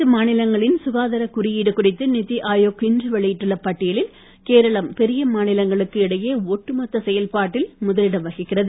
அனைத்து மாநிலங்களின் சுகாதாரக் குறியீடு குறித்து நிதிஆயோக் இன்று வெளியிட்டள்ள பட்டியலில் கேரளம் பெரிய மாநிலங்களுக்கு இடையே ஒட்டுமொத்த செயல்பாட்டில் முதலிடம் வகிக்கிறது